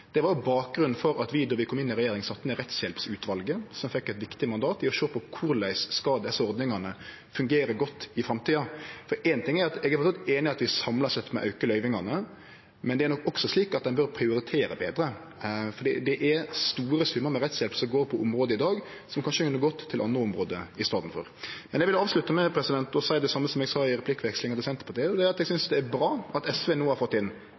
Det var bakgrunnen for at vi, då vi kom inn i regjering, sette ned rettshjelpsutvalet, som fekk eit viktig mandat i å sjå på korleis desse ordningane skal fungere godt i framtida. Eg er framleis einig i at vi samla sett må auke løyvingane, men det er nok også slik at ein bør prioritere betre, for det er store summar med rettshjelp som går til område i dag, som kanskje kunne gått til andre område i staden for. Eg vil avslutte med å seie det same som eg sa i replikkvekslinga med Senterpartiet, og det er at eg synest det er bra at SV no har fått inn